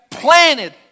planted